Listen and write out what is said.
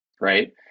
right